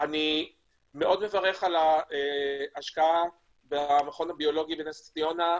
אני מברך מאוד על ההשקעה במכון הביולוגי בנס ציונה.